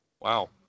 Wow